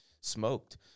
smoked